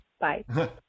Bye